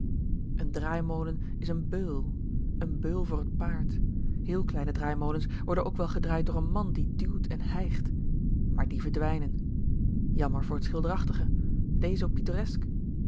een draaimolen is een beul een beul voor het paard heel kleine draaimolens worden ook wel gedraaid door n man die duwt en hijgt maar die verdwijnen jammer voor het schilderachtige t dee zoo pittoresk